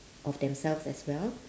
of themselves as well